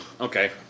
Okay